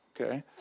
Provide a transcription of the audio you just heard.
okay